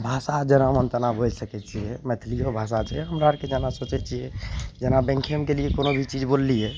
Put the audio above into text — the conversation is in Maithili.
भाषा जेना मोन तेना बोलि सकय छियै मैथिलियो भाषा छै हमरा आरके जेना सोचय छियै जेना बैंकेमे गेलियै कोनो चीज बोलियै